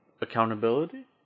accountability